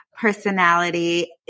Personality